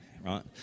right